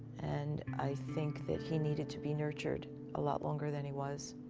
and i think that he needed to be nurtured a lot longer than he was.